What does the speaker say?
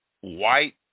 white